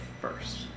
first